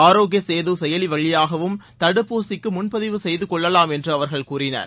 ஆரோக்கிய சேது செயலி வழியாகவும் தடுப்பூசிக்கு முன்பதிவு செய்து கொள்ளவாம் என்று அவர்கள் கூறினர்